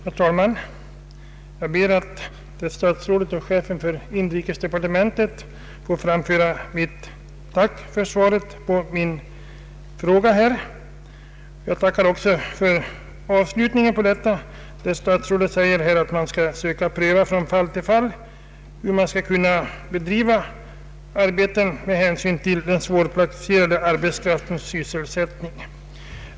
Herr talman! Jag ber att till statsrådet och chefen för inrikesdepartementet få framföra mitt tack för svaret på min fråga. Jag tackar också för avslutningen i svaret, där statsrådet säger att arbetsmårknadsstyrelsen kommer att från fall till fall pröva i vad mån arbeten skall bedrivas med hänsyn till den svårplacerade = arbetskraftens sysselsättning.